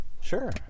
Sure